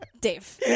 Dave